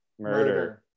Murder